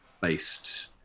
based